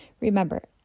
Remember